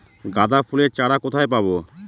গাঁদা ফুলের চারা কোথায় পাবো?